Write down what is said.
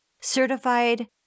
certified